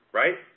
right